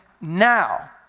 now